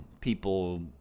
people